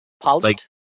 Polished